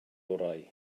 orau